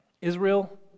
Israel